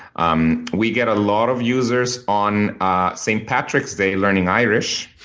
um we get a lot of users on ah st. patrick's day learning irish